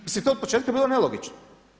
Mislim to je od početka bilo nelogično.